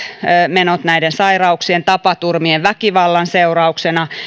menot näiden sairauksien tapaturmien väkivallan seurauksena